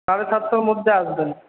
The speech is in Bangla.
সাড়ে সাতটার মধ্যে আসবেন